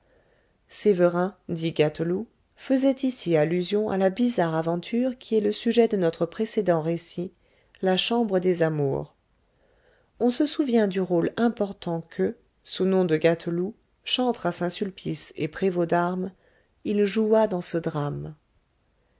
sévérin dit gâteloup faisait ici allusion à la bizarre aventure qui est le sujet de notre précédent récit la chambre des amours on se souvient du rôle important que sous son nom de gâteloup chantre à saint-sulpice et prévôt d'armes il joua dans ce drame